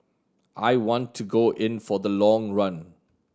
I want to go in for the long run